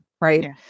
right